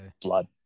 blood